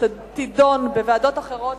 תידון בוועדות אחרות,